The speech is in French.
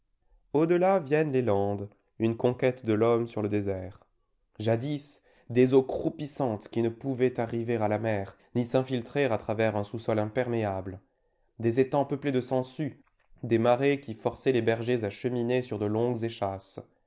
delà viennent les landes une conquête de l'homme sur le désert jadis des eaux croupissantes qui ne pouvaient arriver à la mer ni s'infiltrer à travers un sous-sol imperméable des étangs peuplés de sangsues des marais qui forçaient les bergers à cheminer sur de longues échasses